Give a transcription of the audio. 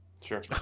Sure